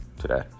today